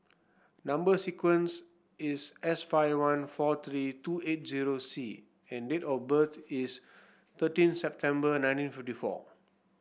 number sequence is S five one four three two eight zero C and date of birth is thirteen September nineteen fifty four